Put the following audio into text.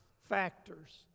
factors